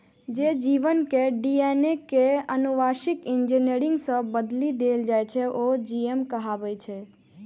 जे जीव के डी.एन.ए कें आनुवांशिक इंजीनियरिंग सं बदलि देल जाइ छै, ओ जी.एम कहाबै छै